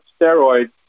steroids